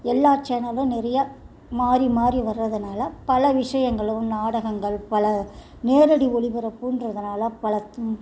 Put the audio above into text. எல்லா சேனலும் நிறையா மாறி மாறி வரதுனால் பல விஷயங்களும் நாடகங்கள் பல நேரடி ஒளிபரப்புன்றதுனால் பலதும்